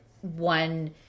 one